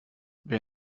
wer